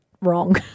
Wrong